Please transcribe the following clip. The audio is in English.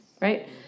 right